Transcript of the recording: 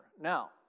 Now